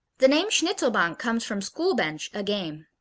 the name schnitzelbank comes from school bench, a game.